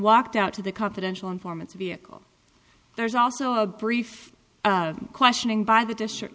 walked out to the confidential informants vehicle there's also a brief questioning by the dis